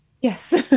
Yes